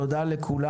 תודה לכולם.